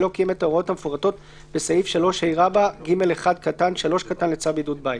שלא קיים את ההוראות המפורטות בסעיף 3ה(ג1)(3) לצו בידוד בית.""